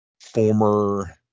former